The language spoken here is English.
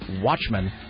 Watchmen